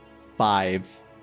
Five